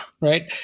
right